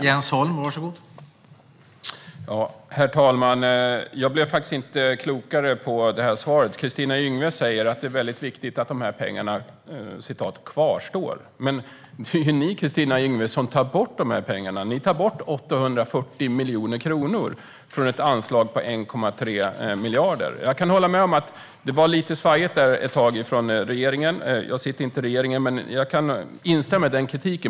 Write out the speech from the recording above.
Herr talman! Jag blev faktiskt inte klokare av detta svar. Kristina Yngwe säger att det är mycket viktigt att dessa pengar "kvarstår". Men det är ju ni, Kristina Yngwe, som tar bort dessa pengar. Ni tar bort 840 miljoner kronor från ett anslag på 1,3 miljarder kronor. Jag kan hålla med om att det var lite svajigt ett tag från regeringen. Jag sitter inte i regeringen, men jag instämmer i denna kritik.